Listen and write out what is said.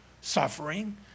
suffering